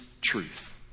truth